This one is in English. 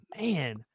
man